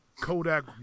Kodak